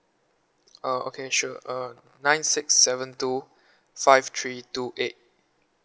uh okay sure uh nine six seven two five three two eight